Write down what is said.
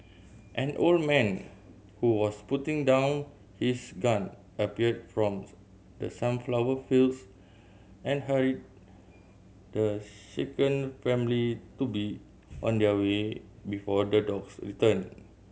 an old man who was putting down his gun appeared from the sunflower fields and hurried the shaken family to be on their way before the dogs return